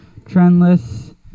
Trendless